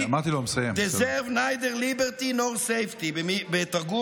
deserve neither liberty nor .safety בתרגום,